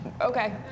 Okay